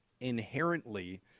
inherently